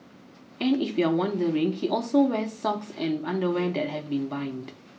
and if you re wondering he also wears socks and underwear that have been binned